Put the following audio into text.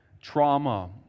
trauma